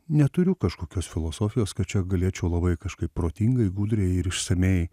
neturiu kažkokios filosofijos kad čia galėčiau labai kažkaip protingai gudriai ir išsamiai